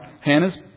Hannah's